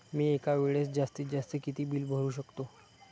मी एका वेळेस जास्तीत जास्त किती बिल भरू शकतो?